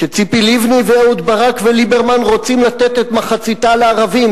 שציפי לבני ואהוד ברק וליברמן רוצים לתת את מחציתה לערבים,